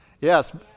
Yes